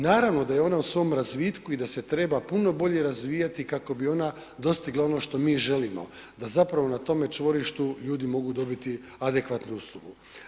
Naravno da je ona u svom razvitku i da se treba puno bolje razvijati kako bi ona dostigla ono što mi želimo da zapravo na tome čvorištu ljudi mogu dobiti adekvatnu uslugu.